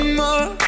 more